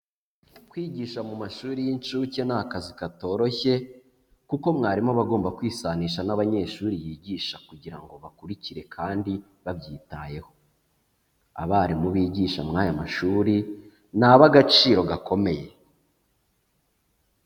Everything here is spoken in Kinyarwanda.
Kwigisha mu mashuri y'incuke ni akazi katoroshye, kuko mwarimu aba agomba kwisanisha n'abanyeshuri yigisha kugira ngo bakurikire kandi babyitayeho. Abarimu bigisha muri aya mashuri ni ab'agaciro gakomeye.